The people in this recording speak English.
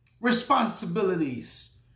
responsibilities